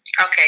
Okay